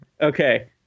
okay